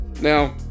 Now